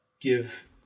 give